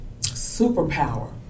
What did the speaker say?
Superpower